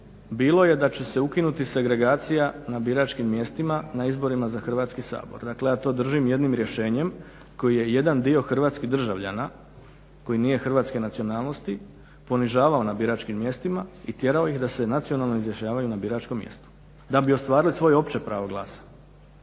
bilo je da će se ukinuti segregacija na biračkim mjestima na izborima za Hrvatski sabor. Dakle ja to držim jednim rješenjem koji je jedan dio hrvatskih državljana koji nije hrvatske nacionalnosti ponižavao na biračkim mjestima i tjerao ih da se nacionalno izjašnjavaju na biračkom mjestu da bi ostvarili svoje opće pravo glasa.